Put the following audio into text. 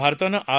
भारतानं आर